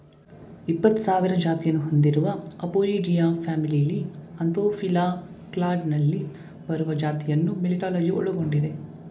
ಇಪ್ಪತ್ಸಾವಿರ ಜಾತಿಯನ್ನು ಹೊಂದಿರುವ ಅಪೊಯಿಡಿಯಾ ಫ್ಯಾಮಿಲಿಲಿ ಆಂಥೋಫಿಲಾ ಕ್ಲಾಡ್ನಲ್ಲಿ ಬರುವ ಜಾತಿಯನ್ನು ಮೆಲಿಟಾಲಜಿ ಒಳಗೊಂಡಿದೆ